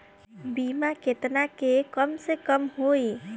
बीमा केतना के कम से कम होई?